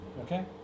Okay